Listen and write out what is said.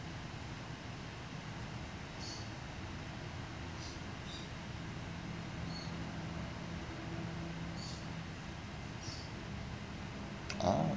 orh